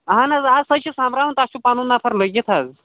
اَہن حظ آ سۅے چھِ سوٚنٛبراوان تَتھ چھُ پنُن نفر لٔگِتھ حظ